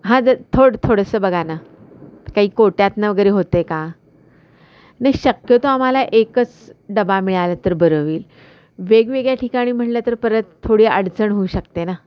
हां जर थोड थोडंसं बघा नां काही कोट्यातून वगैरे होत आहे का नाही शक्य तो आम्हाला एकच डबा मिळाला तर बरं होईल वेगवेगळ्या ठिकाणी म्हटलं तर परत थोडी अडचण होऊ शकते ना